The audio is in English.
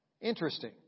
Interesting